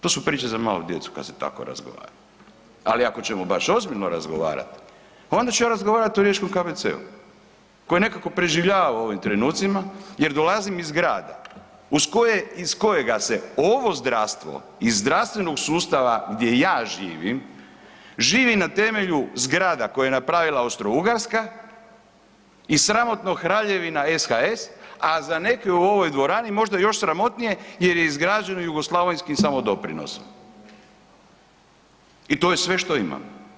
To su priče za malu djecu, kad se tako razgovara, ali ako ćemo baš ozbiljno razgovarati, onda ću ja razgovarat o riječkom KBC-u koji nekako preživljava u ovim trenucima jer dolazim iz grada iz kojega se ovo zdravstvo iz zdravstvenog sustava gdje ja živim, živi na temelju zgrada koje je napravila Austrougarska i sramotno Kraljevina SHS a za neke u ovoj dvorani, možda je još sramotnije jer je izgrađen jugoslavenski samodoprinos i to je sve što imamo.